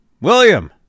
William